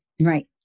Right